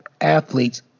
athletes